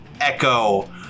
echo